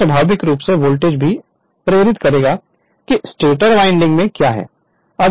तो स्वाभाविक रूप से वोल्टेज भी प्रेरित करेगा कि स्टेटर वाइंडिंग में क्या है